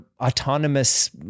autonomous